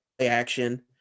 action